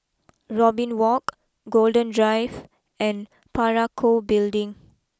Robin walk Golden Drive and Parakou Building